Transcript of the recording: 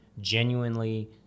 genuinely